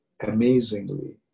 amazingly